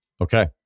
Okay